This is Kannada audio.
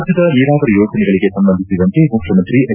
ರಾಜ್ಲದ ನೀರಾವರಿ ಯೋಜನೆಗಳಿಗೆ ಸಂಬಂಧಿಸಿದಂತೆ ಮುಖ್ಲಮಂತ್ರಿ ಎಚ್